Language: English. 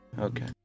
okay